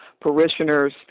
parishioners